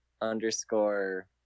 underscore